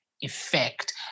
effect